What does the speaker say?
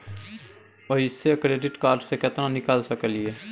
ओयसे credit card से केतना निकाल सकलियै?